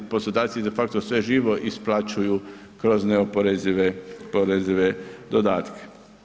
Poslodavci de facto sve živo isplaćuju kroz neoporezive dodatke.